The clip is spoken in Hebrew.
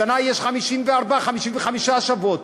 בשנה יש 54 55 שבועות,